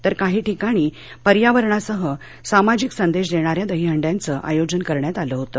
तर काही ठिकाणी पर्यावरणासह सामाजिक संदेश देणाऱ्या दहीहंड्यांचं आयोजन करण्यात आलं होतं